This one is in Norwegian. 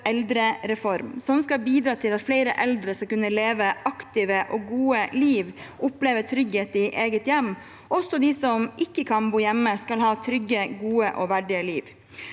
som skal bidra til at flere eldre skal kunne leve et aktivt og godt liv og oppleve trygghet i eget hjem. Også dem som ikke kan bo hjemme, skal ha et trygt, godt og verdig liv.